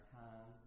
time